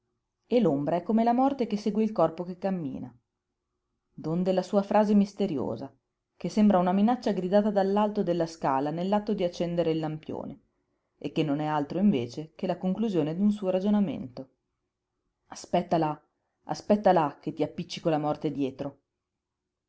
e l'ombra è come la morte che segue un corpo che cammina donde la sua frase misteriosa che sembra una minaccia gridata dall'alto della scala nell'atto di accendere il lampione e che non è altro invece che la conclusione d'un suo ragionamento aspetta là aspetta là che t'appiccico la morte dietro